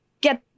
get